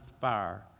fire